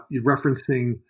referencing